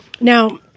Now